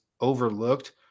overlooked